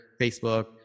Facebook